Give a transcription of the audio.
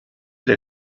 der